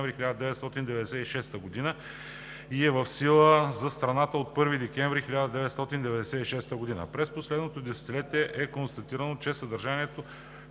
1996 г., и е в сила за страната от 1 декември 1996 г. През последното десетилетие е констатирано, че съдържанието